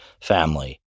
family